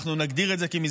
אנחנו נגדיר את זה כמסגרת.